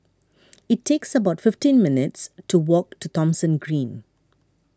it's about fifteen minutes' walk to Thomson Green